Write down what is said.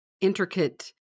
intricate